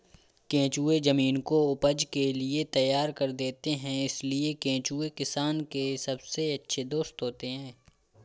केंचुए जमीन को उपज के लिए तैयार कर देते हैं इसलिए केंचुए किसान के सबसे अच्छे दोस्त होते हैं